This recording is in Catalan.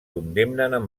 condemnen